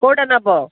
କେଉଁଟା ନେବ